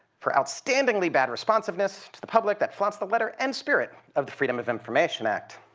for outstandingly bad responsiveness to the public that flaunts the letter and spirit of the freedom of information act.